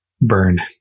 Burn